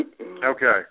Okay